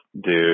dude